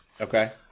Okay